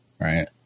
right